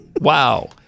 Wow